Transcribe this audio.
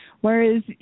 whereas